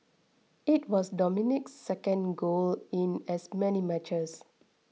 it was Dominguez's second goal in as many matches